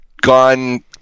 gone